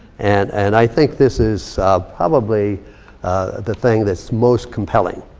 and and i think this is probably the thing that's most compelling.